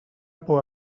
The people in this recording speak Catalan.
por